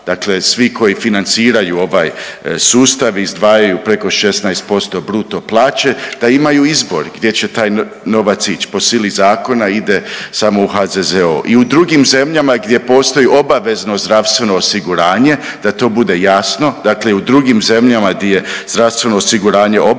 dakle svi koji financiraju ovaj sustav i izdvajaju preko 16% bruto plaće da imaju izbor gdje će taj novac ić, po sili zakona ide samo u HZZO. I u drugim zemljama gdje postoji obavezno zdravstveno osiguranje, da to bude jasno, dakle i u drugim zemljama di je zdravstveno osiguranje obavezno